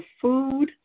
food